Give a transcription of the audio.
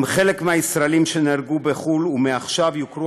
הם מהישראלים שנהרגו בחו"ל ומעכשיו יוכרו